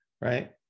Right